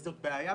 זו בעיה,